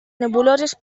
nebuloses